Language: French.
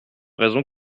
raisons